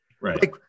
right